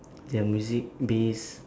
their music base